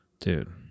Dude